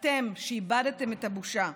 אתם, שאיבדתם את הבושה,